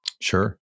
Sure